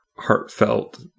heartfelt